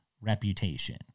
reputation